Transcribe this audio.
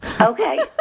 Okay